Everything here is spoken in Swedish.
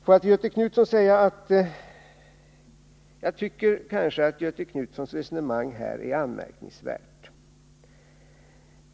Låt mig till Göthe Knutson säga att jag tycker att hans resonemang här är anmärkningsvärt.